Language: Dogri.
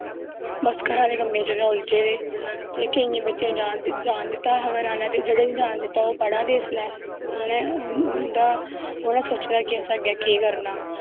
बस घरा दे कम्में च उल्झे दे केइयें बच्चें गी जान दित्ता हा घरे आह्लें ते जेह्ड़ें गी जान दित्ता ओह् पढ़ा दे इसलै उ'नें सोचे दा हा कि असें अग्गें केह् करना